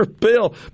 bill